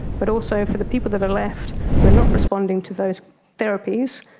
but also for the people that are left who are not responding to those therapies,